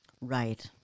Right